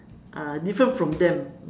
ah different from them